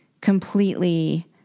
completely